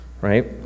right